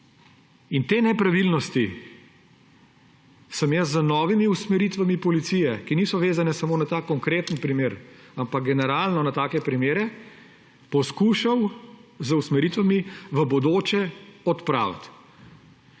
Te nepravilnosti sem jaz z novimi usmeritvami policije, ki niso vezane samo na ta konkreten primer, ampak generalno na take primere, poskušal z usmeritvami v bodoče odpraviti.